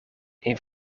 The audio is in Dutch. een